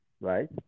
right